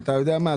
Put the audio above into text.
אתה יודע מה?